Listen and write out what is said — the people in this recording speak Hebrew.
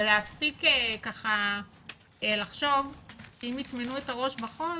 ולהפסיק לחשוב שאם יטמנו את הראש בחול